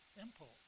impulse